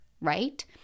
right